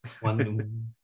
One